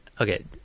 okay